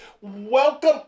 welcome